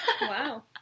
Wow